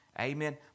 Amen